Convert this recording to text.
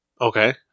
Okay